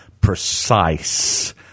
precise